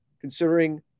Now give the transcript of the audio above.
considering